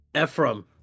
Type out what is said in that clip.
Ephraim